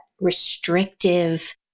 restrictive